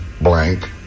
Blank